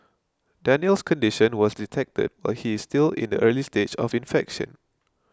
Daniel's condition was detected while he is still in the early stage of infection